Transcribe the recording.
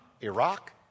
Iraq